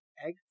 egg